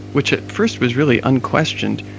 which at first was really unquestioned,